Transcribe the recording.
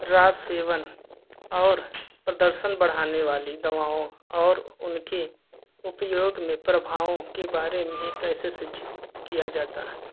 राज सेवन और प्रदर्शन बढ़ाने वाली दवाओं और उनकी उपयोग में प्रभावों के बारे में कैसे शिक्षित किया जाता है